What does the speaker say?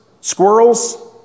squirrels